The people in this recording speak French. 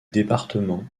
département